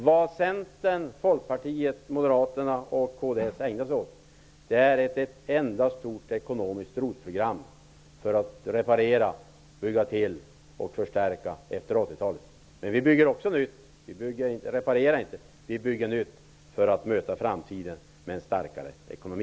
Vad Centern, Folkpartiet, Moderaterna och kds ägnar sig åt är ett enda stort ekonomiskt ROT-program för att reparera, bygga till och förstärka efter 80-talet. Men vi bygger också nytt för att möta framtiden med en starkare ekonomi.